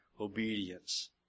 obedience